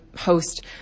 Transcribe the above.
host